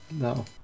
No